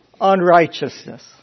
unrighteousness